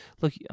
look